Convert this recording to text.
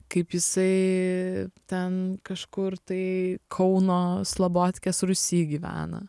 kaip jisai ten kažkur tai kauno slobodkės rūsy gyvena